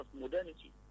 modernity